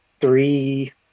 three –